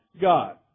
God